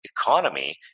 economy